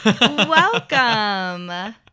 Welcome